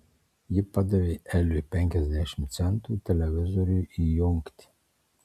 ji padavė eliui penkiasdešimt centų televizoriui įjungti